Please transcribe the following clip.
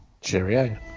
Cheerio